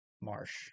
Marsh